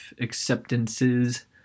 acceptances